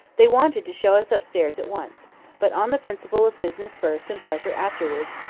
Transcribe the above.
they wanted to show us upstairs at once but on the principle of business first and pleasure afterwards,